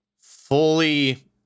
fully